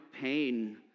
pain